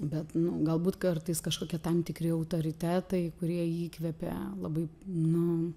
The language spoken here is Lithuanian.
bet galbūt kartais kažkokie tam tikri autoritetai kurie įkvepia labai nu